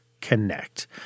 connect